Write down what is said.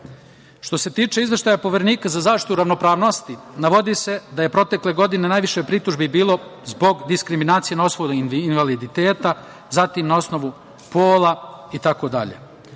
itd. Što se tiče izveštaja Poverenika za zaštitu ravnopravnosti navodi se da je protekle godine najviše pritužbi bilo zbog diskriminacije na osnovu invaliditeta, na osnovu pola